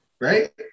right